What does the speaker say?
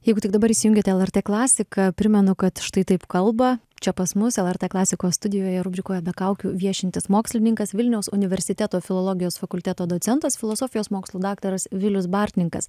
jeigu tik dabar įsijungiate lrt klasiką primenu kad štai taip kalba čia pas mus lrt klasikos studijoje rubrikoje be kaukių viešintis mokslininkas vilniaus universiteto filologijos fakulteto docentas filosofijos mokslų daktaras vilius bartninkas